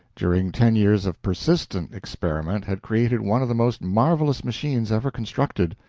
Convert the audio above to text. during ten years of persistent experiment had created one of the most marvelous machines ever constructed.